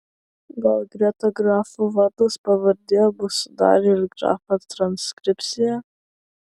gal greta grafų vardas pavardė bus dar ir grafa transkripcija